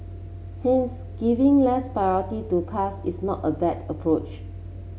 hence giving less priority to cars is not a bad approach